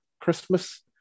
Christmas